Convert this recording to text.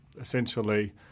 essentially